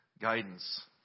guidance